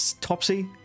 Topsy